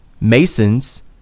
masons